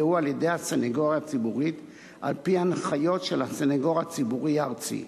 על-ידי הסניגוריה הציבורית על-פי הנחיות של הסניגור הציבורי הארצי.